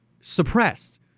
suppressed